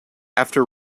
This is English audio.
after